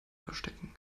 verstecken